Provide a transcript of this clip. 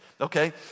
Okay